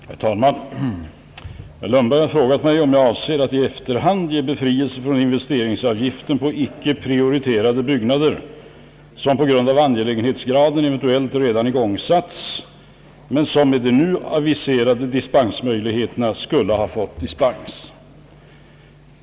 Herr talman! Herr Lundberg har frågat mig om jag avser att i efterhand ge befrielse från investeringsavgiften på inte prioriterade byggnader som på grund av angelägenhetsgraden eventuellt redan igångsatts men som med de nu aviserade dispensmöjligheterna skulle ha fått dispens.